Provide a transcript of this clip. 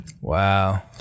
Wow